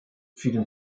vielen